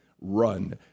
RUN